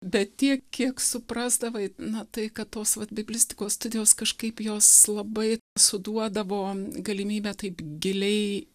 bet tiek kiek suprasdavai na tai kad tos vat biblistikos studijos kažkaip jos labai suduodavo galimybę taip giliai